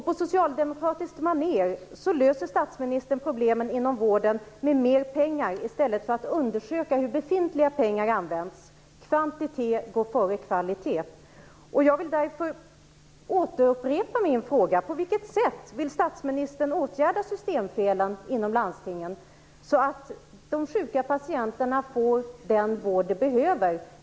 På socialdemokratiskt manér löser statsministern problemen inom vården med mera pengar i stället för att undersöka hur befintliga pengar används. Kvantitet går före kvalitet. Jag upprepar min fråga: På vilket sätt vill statsministern åtgärda systemfelen inom landstingen för att de sjuka patienterna skall få den vård som de behöver?